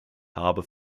habe